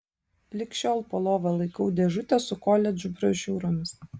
lig šiol po lova laikau dėžutę su koledžų brošiūromis